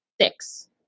six